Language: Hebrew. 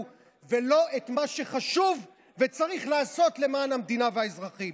ולא את מה שחשוב וצריך לעשות למען המדינה והאזרחים.